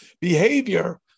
behavior